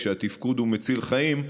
שהתפקוד הוא מציל חיים,